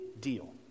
deal